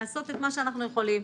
לעשות את מה שאנחנו יכולים.